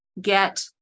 get